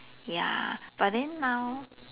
ya but then now